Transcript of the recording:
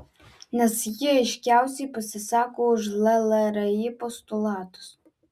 nes ji aiškiausiai pasisako už llri postulatus